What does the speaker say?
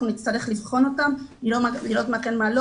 ואנחנו נצטרך לבחון אותן ולראות מה כן ומה לא.